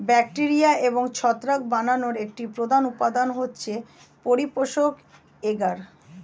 bacteria এবং ছত্রাক বানানোর একটি প্রধান উপাদান হচ্ছে পরিপোষক এগার